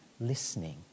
listening